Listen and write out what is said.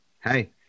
Hey